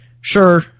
Sure